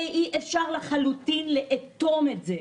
אי אפשר לחלוטין לאטום את זה.